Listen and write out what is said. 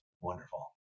Wonderful